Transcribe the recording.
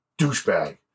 douchebag